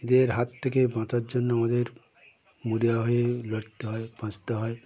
এদের হাত থেকে বাঁচার জন্য আমাদের মরীয়া হয়ে লড়তে হয় বাঁচতে হয়